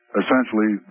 essentially